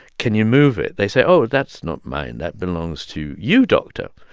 can you move it, they say, oh, that's not mine. that belongs to you, doctor,